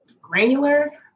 granular